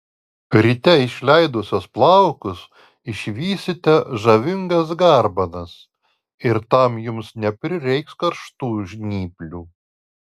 ryte išleidusios plaukus išvysite žavingas garbanas ir tam jums neprireiks karštų žnyplių